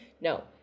No